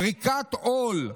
פריקת עול,